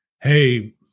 hey